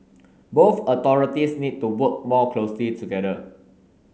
both authorities need to work more closely together